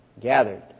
gathered